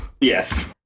Yes